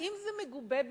האם זה מגובה במחקר?